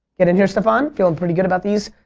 get in here staphon. feeling' pretty good about these.